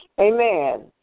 Amen